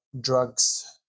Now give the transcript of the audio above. drugs